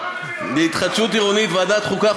להתחדשות עירונית וועדת החוקה,